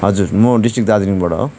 हजुर म डिस्ट्रिक्ट दार्जिलिङबाट हो